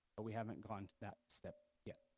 but we haven't gone that step yet.